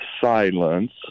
silence